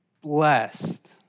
Blessed